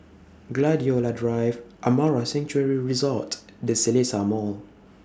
Gladiola Drive Amara Sanctuary Resort The Seletar Mall